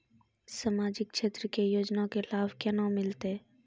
समाजिक क्षेत्र के योजना के लाभ केना मिलतै?